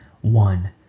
One